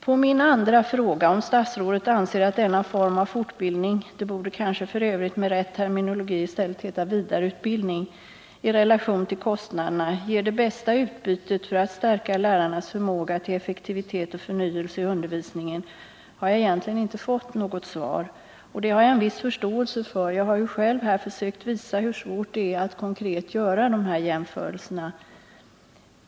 På min andra fråga, om statsrådet anser att denna form av fortbildning — det borde kanske f. ö. med rätt terminologi i stället heta vidareutbildning — i relation till kostnaderna ger det bästa utbytet för att stärka lärarnas förmåga till effektivitet och förnyelse i undervisningen, har jag egentligen inte fått något svar. Och det har jag en viss förståelse för. Jag har ju själv här försökt visa hur svårt det är att konkret göra de här jämförelserna.